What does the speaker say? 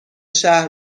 شهر